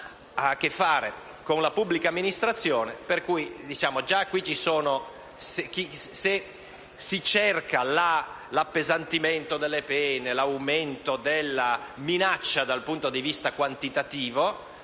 ha a che fare con la pubblica amministrazione. Se si cerca l'appesantimento delle pene e l'aumento della minaccia dal punto di vista quantitativo,